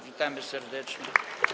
Witamy serdecznie.